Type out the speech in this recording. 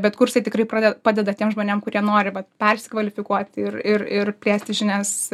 bet kursai tikrai prade padeda tiem žmonėm kurie nori persikvalifikuot ir ir ir plėsti žinias